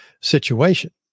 situation